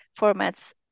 formats